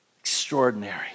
Extraordinary